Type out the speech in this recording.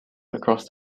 across